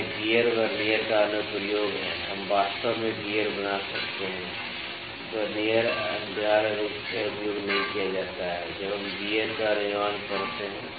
तो यह gear vernier का अनुप्रयोग है हम वास्तव में गियर बना सकते हैं वर्नियर अनिवार्य रूप से उपयोग नहीं किया जाता है जब हम गियर का निर्माण करते हैं